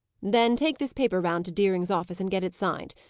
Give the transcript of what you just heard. then take this paper round to deering's office, and get it signed.